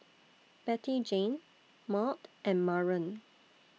Bettyjane Maud and Maren